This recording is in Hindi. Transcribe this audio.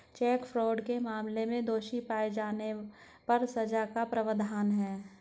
चेक फ्रॉड के मामले में दोषी पाए जाने पर सजा का प्रावधान है